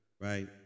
right